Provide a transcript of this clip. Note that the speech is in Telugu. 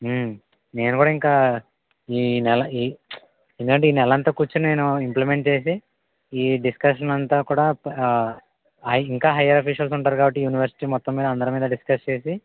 నేను కూడా ఇంకా ఈ నెల ఎందుకంటే ఈ నెలంతా కూర్చుని నేను ఇంప్లిమెంట్ చేసి ఈ డిస్కషన్ అంతా కూడా హై ఇంకా హయ్యర్ అఫీషియల్స్ ఉంటారు కాబట్టి యూనివర్సిటీ మొత్తం మీద అందరిమీద డిస్కస్ చేసి